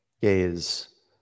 gaze